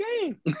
game